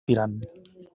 tirant